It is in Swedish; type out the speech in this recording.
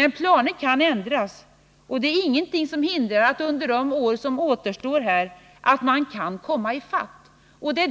Men planer kan ändras, och det är ingenting som hindrar att man kan komma ifatt programmet under de år som återstår.